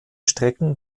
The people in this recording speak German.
strecken